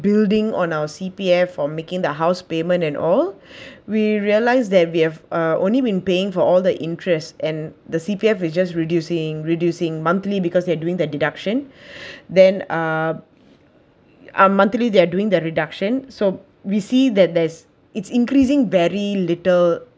building on our C_P_F for making the house payment and all we realise that we have uh only been paying for all the interest and the C_P_F will just reducing reducing monthly because they're doing the deduction then uh monthly they are doing the reduction so we see that there's it's increasing very little